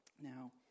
Now